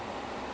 ya